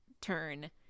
turn